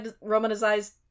romanized